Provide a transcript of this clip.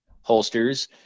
holsters